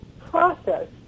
process